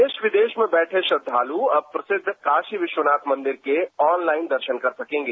देश विदेश में बैठे श्रद्धालु अब प्रसिद्ध काशी विश्वनाथ मंदिर के ऑनलाइन दर्शन कर सकेंगे